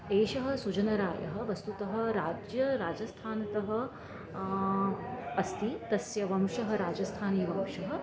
एषः सुजनरायः वस्तुतः राज्य राजस्थानतः अस्ति तस्य वंशः राजस्थानीवंशः